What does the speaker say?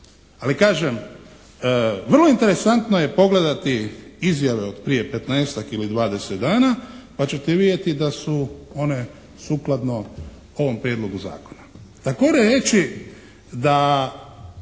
Ali kažem, vrlo interesantno je pogledati izjave od prije 15-ak ili 20 dana pa ćete vidjeti da su one sukladno ovom Prijedlogu zakona.